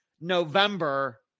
November